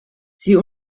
sie